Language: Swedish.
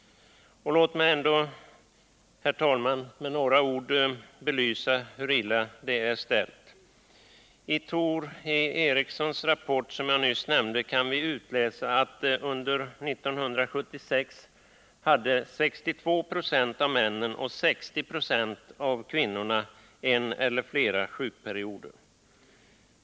Låt mig ändå, herr talman, med några ord belysa hur illa det är ställt. I Tor E. Eriksens rapport, som jag nyss nämnde, kan vi utläsa att 62 26 av männen och 60 96 av kvinnorna under 1976 hade en eller flera sjukperioder.